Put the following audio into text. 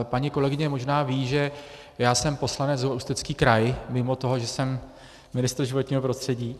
Paní kolegyně možná ví, že jsem poslanec za Ústecký kraj mimo toho, že jsem ministr životního prostředí.